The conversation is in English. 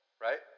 Right